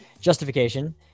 justification